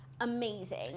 Amazing